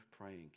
praying